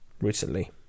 recently